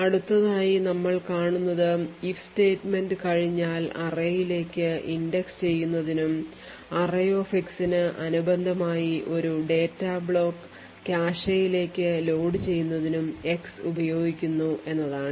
അടുത്തതായി നമ്മൾ കാണുന്നത് if statement കഴിഞ്ഞാൽ array യിലേക്ക് ഇൻഡെക്സ് ചെയ്യുന്നതിനും arrayx ന് അനുബന്ധമായി ഒരു ഡാറ്റാ ബ്ലോക്ക് കാഷെയിലേക്ക് ലോഡുചെയ്യുന്നതിനും x ഉപയോഗിക്കുന്നു എന്നതാണ്